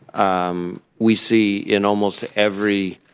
um we see in almost every